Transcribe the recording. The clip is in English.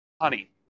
honey